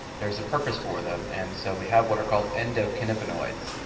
there's a purpose for them. and so we have what are called endocannabinoids.